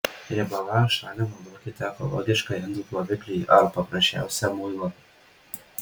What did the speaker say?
riebalams šalinti naudokite ekologišką indų ploviklį arba paprasčiausią muilą